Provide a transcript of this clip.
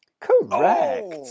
Correct